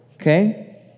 Okay